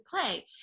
play